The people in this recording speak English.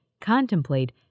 contemplate